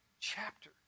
chapter